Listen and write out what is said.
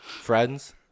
friends